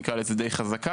נקרא לזה די חזקה,